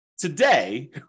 Today